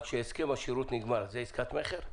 על שהסכם השירות נגמר, זה עסקת מכר?